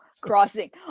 Crossing